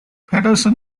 peterson